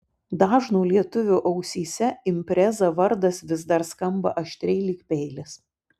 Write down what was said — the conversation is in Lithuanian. dažno lietuvio ausyse impreza vardas vis dar skamba aštriai lyg peilis